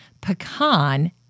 pecan